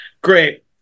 Great